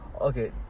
okay